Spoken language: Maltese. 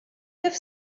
kif